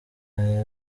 nka